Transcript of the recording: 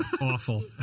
awful